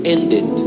Ended